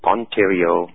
Ontario